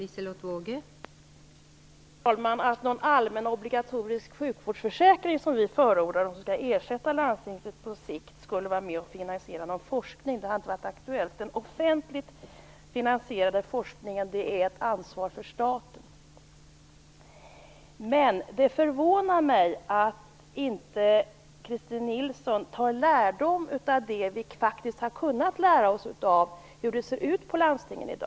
Fru talman! Det har inte varit aktuellt med att någon allmän obligatorisk sjukvårdsförsäkring - som vi förordar på sikt skall ersätta landstingen - skulle vara med och finansiera forskning. Den offentligt finansierade forskningen är ett ansvar för staten. Det förvånar mig att Christin Nilsson inte har tagit lärdom av hur det i dag ser ut på landstingen.